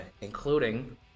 including